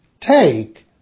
take